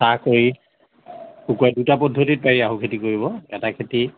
চাহ কৰি শুকুৱাই দুটা পদ্ধতিত পাৰি আহু খেতি কৰিব এটা খেতি